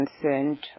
concerned